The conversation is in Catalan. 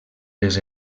les